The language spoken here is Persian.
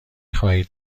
خواهید